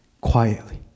quietly